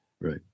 Right